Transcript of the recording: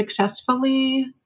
successfully